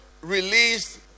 released